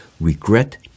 regret